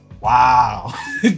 wow